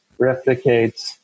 replicates